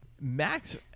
Max